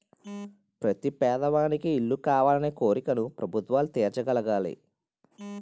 ప్రతి పేదవానికి ఇల్లు కావాలనే కోరికను ప్రభుత్వాలు తీర్చగలగాలి